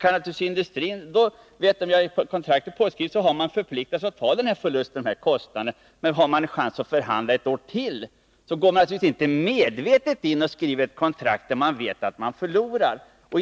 Är kontraktet påskrivet, har man förpliktat sig att ta kostnaderna, men har man chans att förhandla ett år till, går man naturligtvis inte medvetet in och skriver ett kontrakt som man vet att man förlorar på.